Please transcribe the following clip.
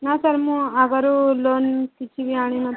ନା ସାର୍ ମୁଁ ଆଗରୁ ଲୋନ୍ କିଛି ବି ଆଣିନଥିଲି